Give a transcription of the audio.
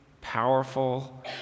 powerful